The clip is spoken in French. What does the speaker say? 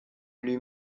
lui